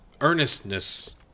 earnestness